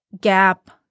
gap